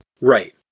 Right